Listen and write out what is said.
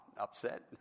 upset